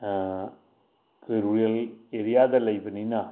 ꯑꯩꯈꯣꯏ ꯔꯨꯔꯦꯜ ꯑꯦꯔꯤꯌꯥꯗ ꯂꯩꯕꯅꯤꯅ